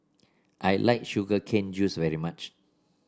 I like Sugar Cane Juice very much